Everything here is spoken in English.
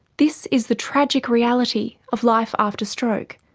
this is the tragic reality of life after stroke.